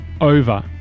over